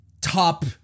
top